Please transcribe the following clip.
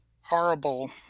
horrible